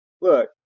look